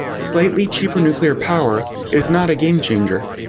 slightly cheaper nuclear power is not a game changer.